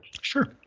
Sure